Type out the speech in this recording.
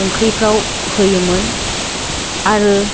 ओंख्रिफ्राव होयोमोन आरो